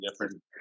different